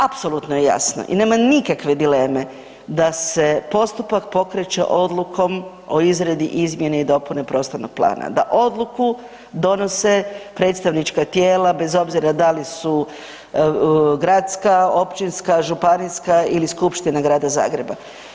Apsolutno je jasno i nema nikakve dileme da se postupak pokreće Odlukom o izradi, izmjene i dopune Prostornog plana, da Odluku donose predstavnička tijela, bez obzira da li su gradska, općinska, županijska ili skupština Grada Zagreba.